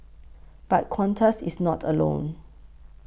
but Qantas is not alone